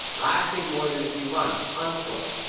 lasting more than a few months, unquote.